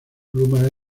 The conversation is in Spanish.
pluma